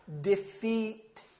defeat